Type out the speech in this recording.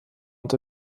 und